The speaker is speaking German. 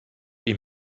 ihm